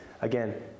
again